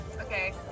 Okay